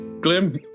Glim